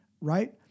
right